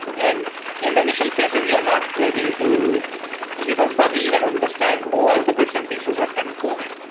and in the initial phases, you're not ready to you don't probably even understand all the bits and pieces that kind of go in.